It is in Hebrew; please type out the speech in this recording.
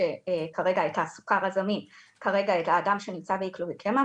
את הסוכר הזמין כרגע אל האדם שנמצא בהיפוגליקמיה,